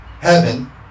Heaven